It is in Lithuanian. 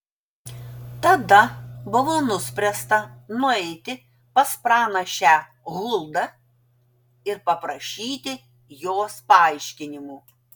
tada buvo nuspręsta nueiti pas pranašę huldą ir paprašyti jos paaiškinimų